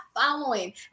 following